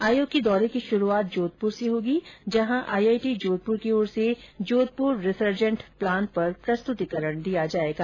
आयोग के दौरे की शुरुआत जोधपुर से होगी जहां आईआईटी जोधपुर की ओर से जोधपुर रिसर्जेट प्लान पर प्रस्तुतिकरण दिया जाएगा